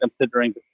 considering